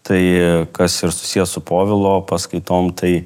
tai kas yra susiję su povilo paskaitom tai